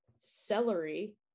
celery